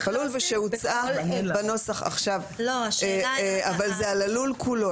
הלול ושהוצעה בנוסח עכשיו אבל זה על הלול כולו.